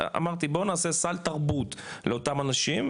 בוא נעשה סל תרבות לאותם אנשים,